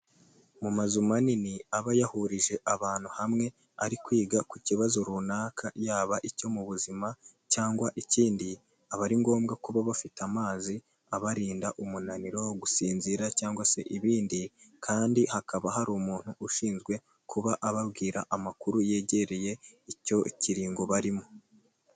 Mu mazu manini aba yahurije abantu hamwe, ari kwiga ku kibazo runaka yaba icyo mu buzima cyangwa ikindi, aba ari ngombwa kuba bafite amazi abarinda umunaniro gusinzira cyangwa se ibindi, kandi hakaba hari umuntu ushinzwe kuba ababwira amakuru yegereye icyo kiringo barimo.